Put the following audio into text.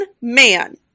man